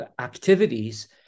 activities